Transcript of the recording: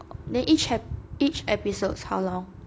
then each ep~ each episode how long